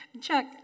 Chuck